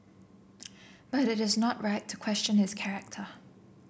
but it is not right to question his character